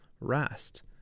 rest